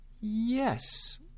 Yes